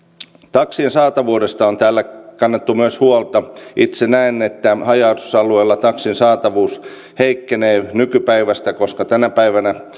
taksien saatavuudesta on täällä kannettu myös huolta itse näen että haja asutusalueilla taksin saatavuus heikkenee nykypäivästä koska tänä päivänä